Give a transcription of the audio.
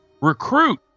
recruit